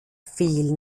viel